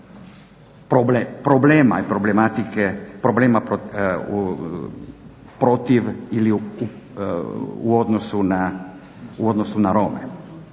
problematike protiv ili u odnosu na Rome.